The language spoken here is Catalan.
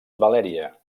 valèria